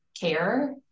care